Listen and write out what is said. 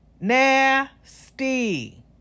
Nasty